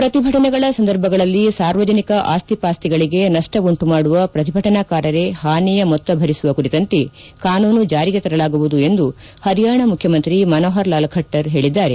ಪ್ರತಿಭಟನೆಗಳ ಸಂದರ್ಭಗಳಲ್ಲಿ ಸಾರ್ವಜನಿಕ ಆಸ್ತಿ ಪಾಸ್ತಿಗಳಿಗೆ ನಷ್ಷ ಉಂಟು ಮಾಡುವ ಪ್ರತಿಭಟನಾಕಾರರೇ ಹಾನಿಯ ಮೊತ್ತ ಭರಿಸುವ ಕುರಿತಂತೆ ಕಾನೂನು ಜಾರಿಗೆ ತರಲಾಗುವುದು ಎಂದು ಹರಿಯಾಣ ಮುಖ್ಯಮಂತ್ರಿ ಮನೋಹರಲಾಲ್ ಖಟ್ಟರ್ ಹೇಳಿದ್ದಾರೆ